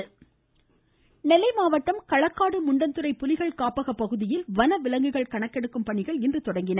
புலிகள் காப்பகம் நெல்லை மாவட்டம் களக்காடு முண்டந்துறை புலிகள் காப்பக பகுதியில் வனவிலங்குகள் கணக்கெடுக்கும் பணிகள் இன்று தொடங்கின